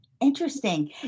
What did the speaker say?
Interesting